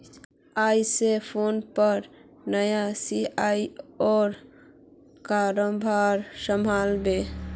आइज स फोनपेर नया सी.ई.ओ कारभार संभला बे